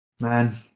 Man